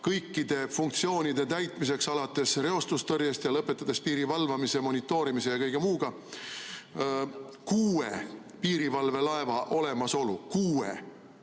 kõikide funktsioonide täitmiseks – alates reostustõrjest ja lõpetades piiri valvamise, monitoorimise ja kõige muuga – kuue piirivalvelaeva olemasolu. Kuue!